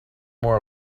more